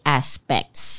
aspects